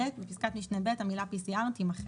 בפסקת משנה (ב) המילה PCR תימחק.